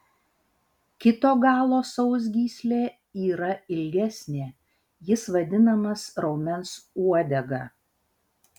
kito galo sausgyslė yra ilgesnė jis vadinamas raumens uodega